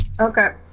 Okay